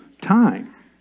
time